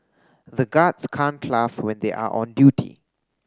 the guards can't laugh when they are on duty